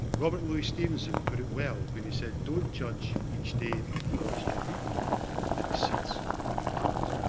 robert louis stevenson put it well, when he said. don't judge each day by the harvest you reap, but ah by the seeds that you plant.